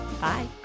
Bye